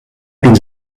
dins